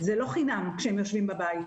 זה לא חינם כשהם יושבים בבית.